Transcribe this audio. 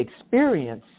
experience